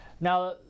Now